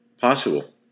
possible